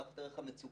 דווקא דרך המצוקה,